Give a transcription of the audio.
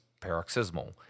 paroxysmal